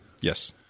Yes